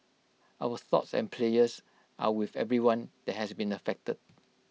our thoughts and prayers are with everyone that has been affected